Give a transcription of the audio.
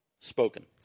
spoken